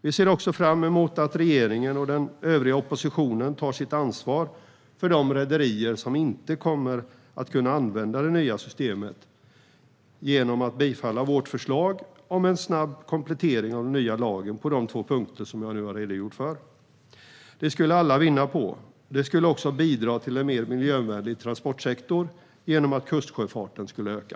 Vi ser också fram emot att regeringen och den övriga oppositionen tar sitt ansvar för de rederier som inte kommer att kunna använda det nya systemet genom att bifalla vårt förslag om en snabb komplettering av den nya lagen på de två punkter jag har redogjort för. Det skulle alla vinna på. Det skulle också bidra till en mer miljövänlig transportsektor genom att kustsjöfarten skulle öka.